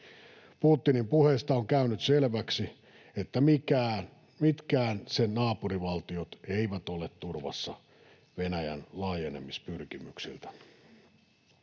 Putinin puheesta on käynyt selväksi, että mitkään sen naapurivaltiot eivät ole turvassa Venäjän laajenemispyrkimyksiltä.